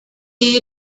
you